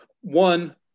One